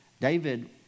David